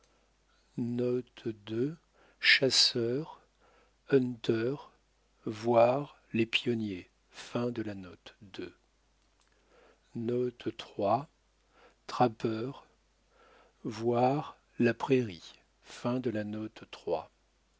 voyez les pionniers la prairie